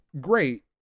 great